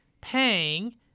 paying